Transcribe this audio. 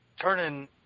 turning